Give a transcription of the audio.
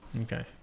okay